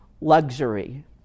luxury